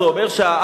זה אומר שהאבא,